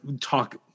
talk